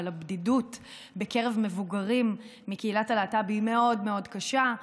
אבל הבדידות בקרב מבוגרים מקהילת הלהט"ב היא מאוד מאוד קשה,